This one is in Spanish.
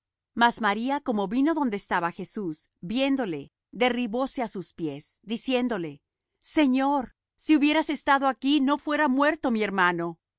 mas maría como vino donde estaba jesús viéndole derribóse á sus pies diciéndole señor si hubieras estado aquí no fuera muerto mi hermano